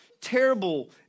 terrible